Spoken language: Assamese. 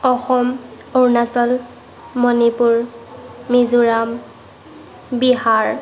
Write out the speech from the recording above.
অসম অৰুণাচল মণিপুৰ মিজোৰাম বিহাৰ